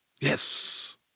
Yes